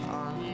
on